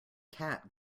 cat